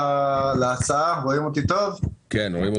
הפנים.